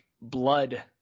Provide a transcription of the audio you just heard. blood